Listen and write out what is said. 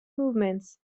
movements